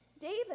David